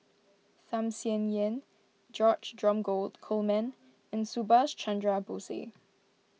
Tham Sien Yen George Dromgold Coleman and Subhas Chandra Bose